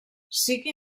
sigui